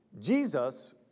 Jesus